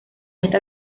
esta